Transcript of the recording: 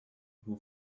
who